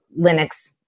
Linux